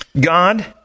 God